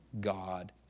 God